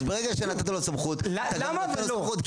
אז ברגע שנתת לו סמכות אתה נותן לו סמכות,